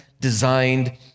designed